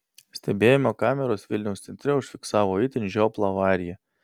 stebėjimo kameros vilniaus centre užfiksavo itin žioplą avariją